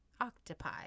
octopi